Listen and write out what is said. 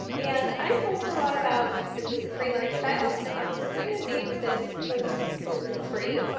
and i post a lot about the gluten free lifestyle, so i'm just going to name this group gluten free.